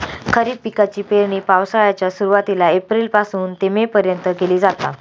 खरीप पिकाची पेरणी पावसाळ्याच्या सुरुवातीला एप्रिल पासून ते मे पर्यंत केली जाता